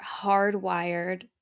hardwired